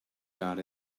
got